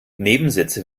nebensätze